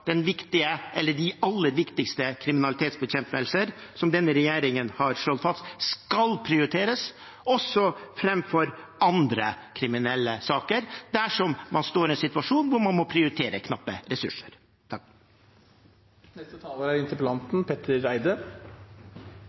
de aller viktigste kriminalitetsbekjempelser, som denne regjeringen har slått fast skal prioriteres også framfor andre kriminelle saker dersom man står i en situasjon der man må prioritere knappe ressurser. Jeg er